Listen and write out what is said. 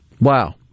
Wow